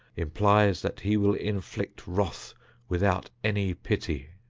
implies that he will inflict wrath without any pity.